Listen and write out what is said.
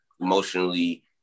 emotionally